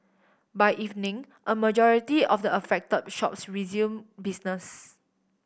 by evening a majority of the affected shops resumed business